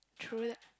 true that